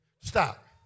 Stop